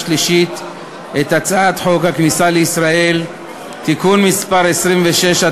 שלישית את הצעת חוק הכניסה לישראל (תיקון מס' 26),